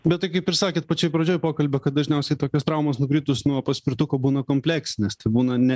bet tai kaip ir sakėt pačioj pradžioj pokalbio kad dažniausiai tokios traumos nukritus nuo paspirtuko būna kompleksinės tai būna ne